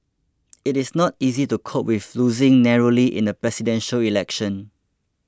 it is not easy to cope with losing narrowly in a Presidential Election